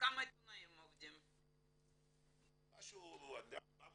כמה עיתונאים עובדים בעיתון ידיעות אחרונות?